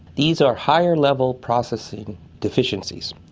these are higher level processing deficiencies.